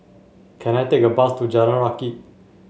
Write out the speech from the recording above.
can I take a bus to Jalan Rakit